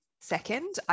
second